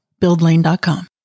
Buildlane.com